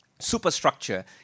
superstructure